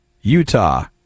Utah